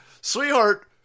Sweetheart